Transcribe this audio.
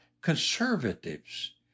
conservatives